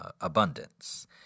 abundance